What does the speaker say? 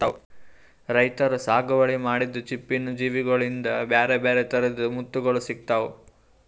ರೈತರ್ ಸಾಗುವಳಿ ಮಾಡಿದ್ದ್ ಚಿಪ್ಪಿನ್ ಜೀವಿಗೋಳಿಂದ ಬ್ಯಾರೆ ಬ್ಯಾರೆ ಥರದ್ ಮುತ್ತುಗೋಳ್ ಸಿಕ್ತಾವ